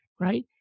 right